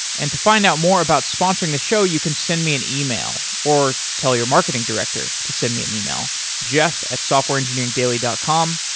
and to find out more about sponsoring the show, you can send me an email or tell your marketing director to send me an email, jeff at softwareengineering dot com.